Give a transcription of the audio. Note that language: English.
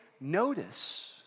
notice